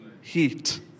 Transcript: heat